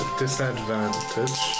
disadvantage